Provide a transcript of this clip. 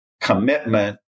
commitment